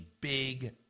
big